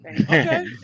Okay